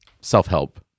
self-help